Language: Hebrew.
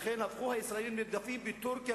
לכן הפכו הישראלים נרדפים בטורקיה,